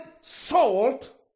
salt